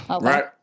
right